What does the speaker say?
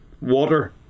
water